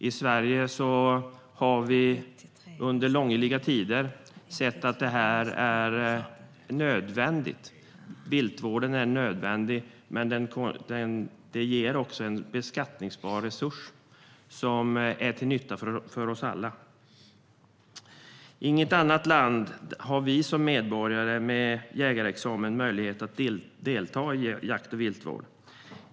I Sverige har vi under långliga tider sett att viltvården är nödvändig men också ger en beskattningsbar resurs som är till nytta för oss alla. I inget annat land har medborgare med jägarexamen möjlighet att delta i jakt och viltvård.